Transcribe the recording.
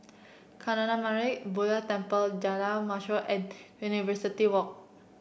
Kancanarama Buddha Temple Jalan Mashor and University Walk